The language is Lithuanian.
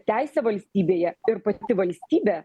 teisė valstybėje ir pati valstybė